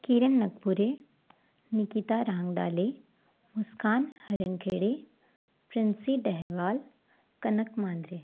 Kiran Nagpure Nikita Rangdale Muskan Harankhede Princy Daharwal Kanak Mandre